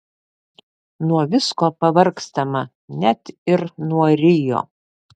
nuo visko pavargstama net ir nuo rio